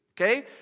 Okay